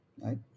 right